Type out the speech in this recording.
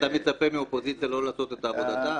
אתה מצפה מהאופוזיציה לא לעשות את עבודתה?